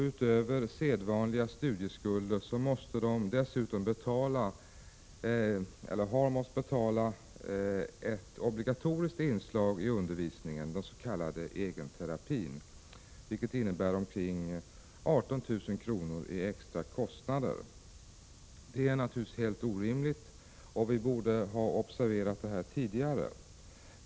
Utöver sedvanliga studieskulder har de varit tvungna att betala ett obligatoriskt inslag i undervisningen, den s.k. egenterapin, vilket inneburit omkring 18 000 kr. i extra kostnader. Det är naturligtvis helt orimligt, och vi borde ha observerat det här tidigare.